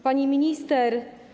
Pani Minister!